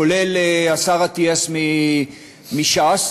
כולל השר אטיאס מש"ס,